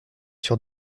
sur